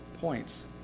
points